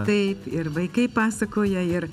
taip ir vaikai pasakoja ir